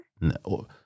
No